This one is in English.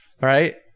Right